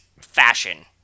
fashion